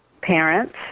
parents